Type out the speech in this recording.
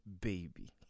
baby